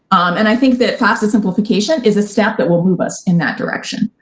and i think that fafsa simplification is a step that will move us in that direction.